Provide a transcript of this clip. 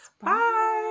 bye